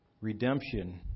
Redemption